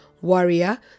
warrior